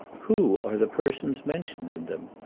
who are the persons mentioned in them?